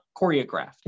choreographed